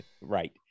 right